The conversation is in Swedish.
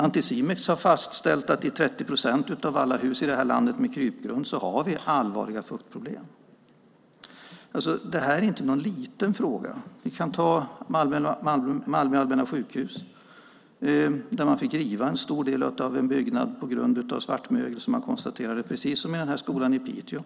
Anticimex har fastställt att i 30 procent av alla hus med krypgrund i det här landet har vi allvarliga fuktproblem. Det här är inte någon liten fråga. Vi kan ta exemplet Malmö allmänna sjukhus, där man fick riva en stor del av en byggnad på grund av konstaterad svartmögel, precis som på skolan i Piteå.